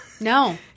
no